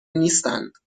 نیستند